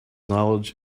knowledge